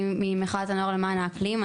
אני ממחאת הנוער למען האקלים.